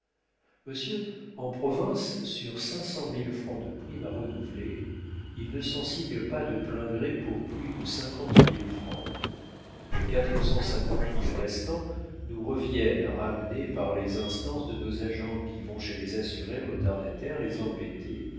monsieur en province sur cinq cent mille francs de primes à renouveler il ne s'en signe pas de plein gré pour plus de cinquante mille francs les quatre cent cinquante mille restants nous reviennent ramenés par les instances de nos agents qui vont chez les assurés retardataires les embêter